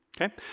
okay